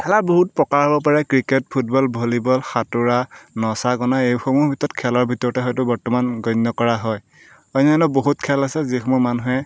খেলা বহুত প্ৰকাৰ হ'ব পাৰে ক্ৰিকেট ফুটবল ভলীবল সাঁতোৰা নচা গনা এইসমূহ ভিতৰত খেলৰ ভিতৰতে হয়তো বৰ্তমান গণ্য কৰা হয় অন্যান্য বহুত খেল আছে যিসমূহ মানুহে